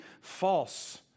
false